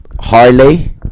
Harley